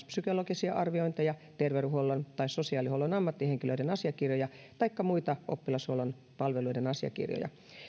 psykologisia arviointeja terveydenhuollon tai sosiaalihuollon ammattihenkilöiden asiakirjoja taikka muita oppilashuollon palveluiden asiakirjoja